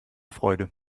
freude